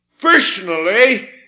personally